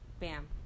bam